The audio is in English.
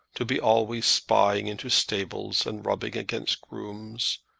to be always spying into stables and rubbing against grooms,